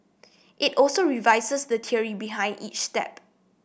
it also revises the theory behind each step